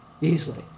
easily